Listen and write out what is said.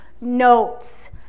notes